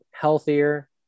healthier